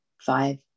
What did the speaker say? five